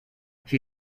she